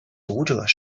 读者